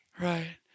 Right